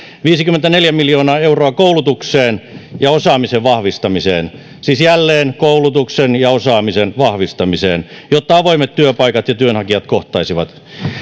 viisikymmentäneljä miljoonaa euroa koulutukseen ja osaamisen vahvistamiseen siis jälleen koulutuksen ja osaamisen vahvistamiseen jotta avoimet työpaikat ja työnhakijat kohtaisivat